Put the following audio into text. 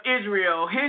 Israel